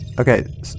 Okay